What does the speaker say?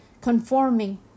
conforming